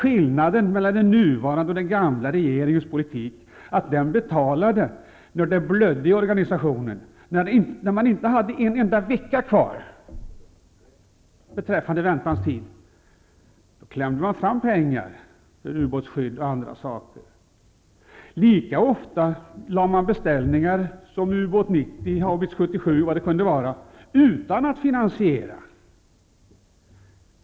Skillnaden mellan den nuvarande och den gamla regeringens politik är att den gamla regeringen betalade när det blödde i organisationen och man inte hade en enda vecka kvar att vänta. Då klämde man fram pengar för ubåtsskydd och andra saker. Lika ofta lade man beställningar på olika saker, t.ex. ubåt 90 och haubits 77, utan att finansiera dem.